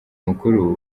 mukuru